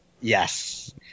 Yes